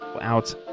out